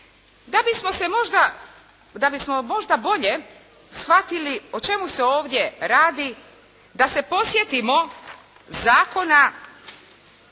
da bismo možda bolje shvatili o čemu se ovdje radi, da se podsjetimo Zakona